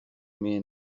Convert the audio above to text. may